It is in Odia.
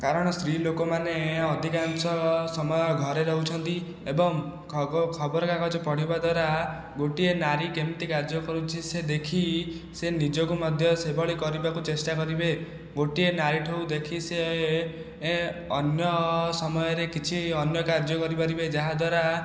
କାରଣ ସ୍ତ୍ରୀ ଲୋକମାନେ ଅଧିକାଂଶ ସମୟ ଘରେ ରହୁଛନ୍ତି ଏବଂ ଖବର କାଗଜ ପଢ଼ିବା ଦ୍ୱାରା ଗୋଟିଏ ନାରୀ କେମିତି କାର୍ଯ୍ୟ କରୁଛି ସେ ଦେଖି ସେ ନିଜକୁ ମଧ୍ୟ ସେଭଳି କରିବାକୁ ଚେଷ୍ଟା କରିବେ ଗୋଟିଏ ନାରୀଠୁ ଦେଖି ସେ ଅନ୍ୟ ସମୟରେ କିଛି ଅନ୍ୟ କାର୍ଯ୍ୟ କରିପାରିବେ ଯାହାଦ୍ୱାରା